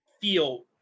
feel